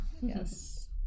yes